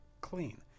clean